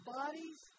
bodies